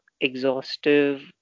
exhaustive